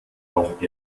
auch